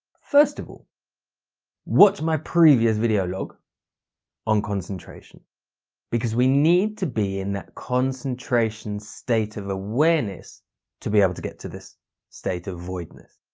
first of all watch my previous video log on concentration because we need to be in that concentration state of awareness to be able to get to this state of voidness.